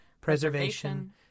preservation